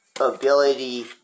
ability